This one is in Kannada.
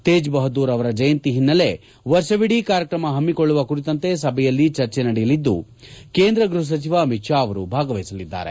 ತೇಜ್ ಬಹದ್ಗೂರ್ ಅವರ ಜಯಂತಿ ಹಿನ್ನೆಲೆ ವರ್ಷವಿಡೀ ಕಾರ್ಯಕ್ರಮ ಹಮ್ನಿಕೊಳ್ಳುವ ಕುರಿತಂತೆ ಸಭೆಯಲ್ಲಿ ಚರ್ಚೆ ನಡೆಯಲಿದ್ಲು ಕೇಂದ್ರ ಗ್ಬಹ ಸಚಿವ ಅಮಿತ್ ಷಾ ಅವರೂ ಭಾಗವಹಿಸಲಿದ್ದಾರೆ